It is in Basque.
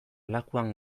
lakuan